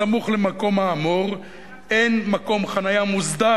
בסמוך למקום האמור אין מקום חנייה מוסדר